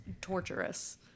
torturous